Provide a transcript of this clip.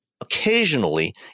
occasionally